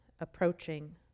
approaching